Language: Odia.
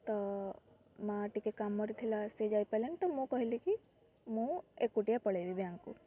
ତ ମାଆ ଟିକେ କାମରେ ଥିଲା ସେ ଯାଇପାରିଲାନି ତ ମୁଁ କହିଲି କି ମୁଁ ଏକୁଟିଆ ପଳାଇବି ବ୍ୟାଙ୍କକୁ